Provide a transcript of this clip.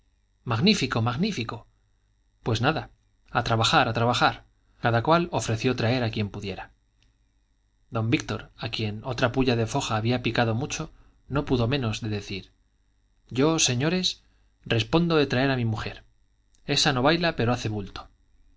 magnífico magnífico pues nada a trabajar a trabajar cada cual ofreció traer a quien pudiera don víctor a quien otra pulla de foja había picado mucho no pudo menos de decir yo señores respondo de traer a mi mujer esa no baila pero hace bulto